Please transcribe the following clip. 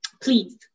please